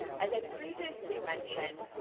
as i previously mentioned,